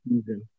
season